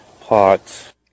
pots